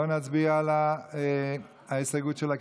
לא נצביע על ההסתייגות שלה,